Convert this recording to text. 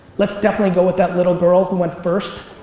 let's definitely go with that little girl who went first.